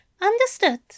Understood